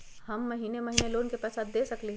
हम महिने महिने लोन के पैसा दे सकली ह?